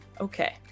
Okay